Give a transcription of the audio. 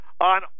on